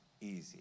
easy